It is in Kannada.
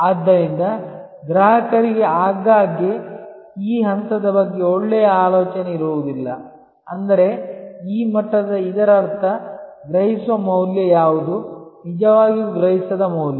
ಆದ್ದರಿಂದ ಗ್ರಾಹಕರಿಗೆ ಆಗಾಗ್ಗೆ ಈ ಹಂತದ ಬಗ್ಗೆ ಒಳ್ಳೆಯ ಆಲೋಚನೆ ಇರುವುದಿಲ್ಲ ಅಂದರೆ ಈ ಮಟ್ಟದ ಇದರರ್ಥ ಗ್ರಹಿಸುವ ಮೌಲ್ಯ ಯಾವುದು ನಿಜವಾಗಿಯೂ ಗ್ರಹಿಸಿದ ಮೌಲ್ಯ